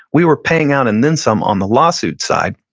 we were paying out and then some on the lawsuit side.